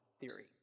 theory